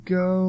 go